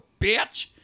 bitch